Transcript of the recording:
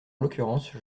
l’occurrence